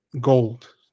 gold